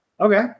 Okay